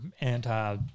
anti